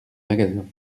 magasins